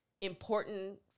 important